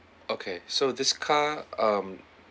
okay so this car um